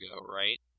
right